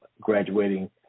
graduating